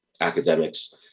academics